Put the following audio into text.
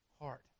heart